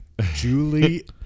Julie